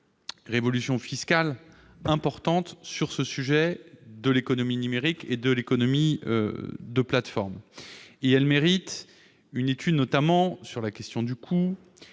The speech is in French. révolution fiscale importante sur l'économie numérique et l'économie de plateforme, et elle mérite une étude, notamment sur les questions du coût,